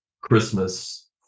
Christmas